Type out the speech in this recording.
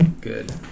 Good